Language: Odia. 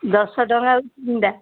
ଦଶ ଟଙ୍କାକୁ ତିନିଟା